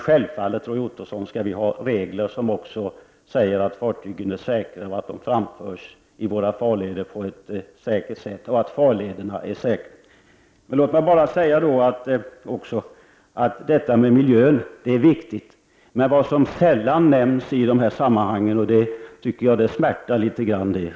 Självfallet, Roy Ottosson, skall vi ha regler som säger att fartygen skall vara säkra, att de skall framföras i våra farleder på ett säkert sätt och att farlederna skall vara säkra. Låt mig säga att miljön är viktig. Det finns dock andra saker som sällan nämns i dessa sammanhang, och det smärtar mig litet grand.